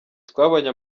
twabonye